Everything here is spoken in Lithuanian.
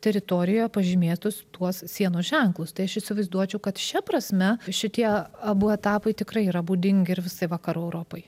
teritorijoje pažymėtus tuos sienos ženklus tai aš įsivaizduočiau kad šia prasme šitie abu etapai tikrai yra būdingi ir visai vakarų europai